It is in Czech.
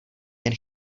jen